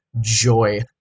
joy